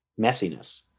messiness